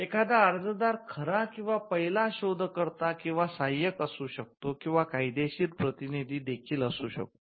एखादा अर्जदार खरा किंवा पहिला शोधकर्ता किंवा तो सहाय्यक असू शकतो किंवा कायदेशीर प्रतिनिधी देखील असू शकतो